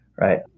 right